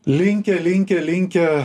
linkę linkę linkę